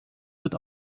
wird